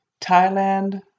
Thailand